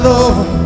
Lord